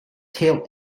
tail